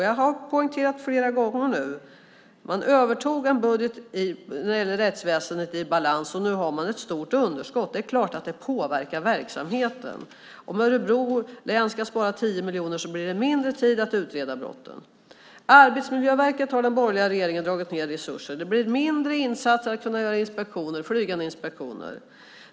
Jag har poängterat flera gånger nu att man övertog en budget i balans när det gäller rättsväsendet, och nu har man ett stort underskott. Det är klart att det påverkar verksamheten. Om Örebro län ska spara 10 miljoner blir det mindre tid att utreda brotten. Arbetsmiljöverket har den borgerliga regeringen dragit ned resurser för. Det blir mindre insatser och möjligheter att göra flygande inspektioner.